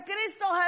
Cristo